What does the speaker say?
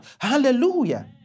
Hallelujah